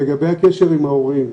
לגבי הקשר עם ההורים.